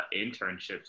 internships